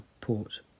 port